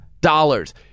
dollars